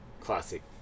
Classic